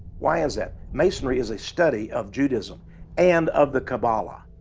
why is that? masonry is a study of judaism and of the kabbalah.